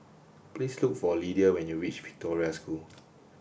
please look for Lydia when you reach Victoria School